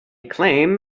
claim